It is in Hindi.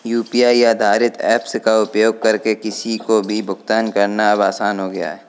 यू.पी.आई आधारित ऐप्स का उपयोग करके किसी को भी भुगतान करना अब आसान हो गया है